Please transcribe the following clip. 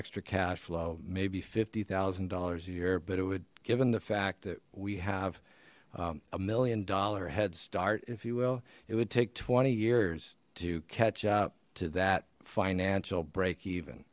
extra cash flow maybe fifty thousand dollars a year but it would given the fact that we have a million dollar head start if you will it would take twenty years to catch up to that financial break even